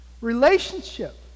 relationship